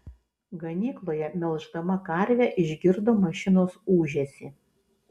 ganykloje melždama karvę išgirdo mašinos ūžesį